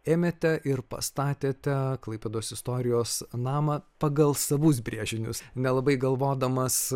ėmėte ir pastatėte klaipėdos istorijos namą pagal savus brėžinius nelabai galvodamas